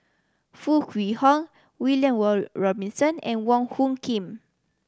Foo Kwee Horng William Robinson and Wong Hung Khim